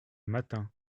matin